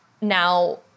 now